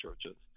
churches